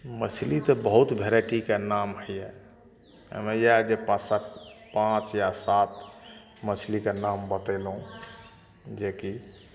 मछली तऽ बहुत वेराइटीके नाम होइ यऽ एहिमे इएह जे पाँच सात पाँच या सात मछलीके नाम बतेलहुँ जेकि